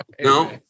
No